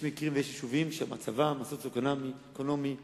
יש מקרים ויש יישובים שהמצב הסוציו-אקונומי נמוך,